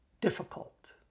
difficult